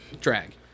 Drag